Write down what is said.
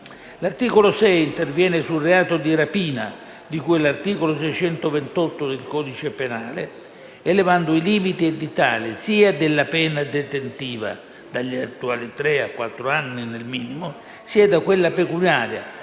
L'articolo 6 interviene sul reato di rapina di cui all'articolo 628 del codice penale, elevando i limiti edittali della pena sia detentiva (dagli attuali tre a quattro anni nel minimo) che pecuniaria